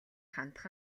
хандах